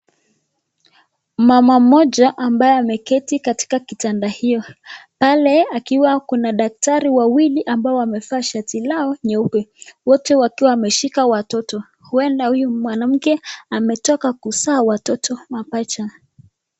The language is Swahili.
Mama mmoja ambaye ameketi katika kitanda hiyo, pale akiwa kuna daktari wawili ambao wamevaa shati lao nyeupe. Wote wakiwa wameshika watoto. Huenda huyu mwanamke ametoka kuzaa watoto mapacha.